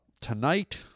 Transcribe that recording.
tonight